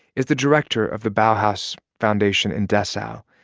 is the director of the bauhaus foundation in dessau.